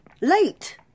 Late